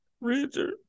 Richard